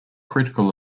critical